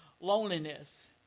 loneliness